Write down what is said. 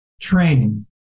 training